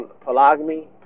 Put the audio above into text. polygamy